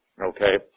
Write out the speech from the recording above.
okay